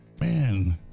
Man